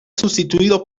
sustituido